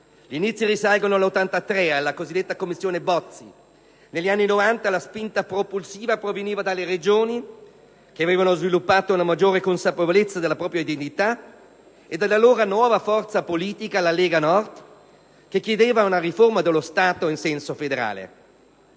Gli inizi risalgono al 1983, alla cosiddetta Commissione Bozzi. Negli anni '90 la spinta propulsiva proveniva dalle Regioni, che avevano sviluppato una maggiore consapevolezza della propria identità, e dall'allora nuova forza politica, la Lega Nord, che chiedeva una riforma dello Stato in senso federale.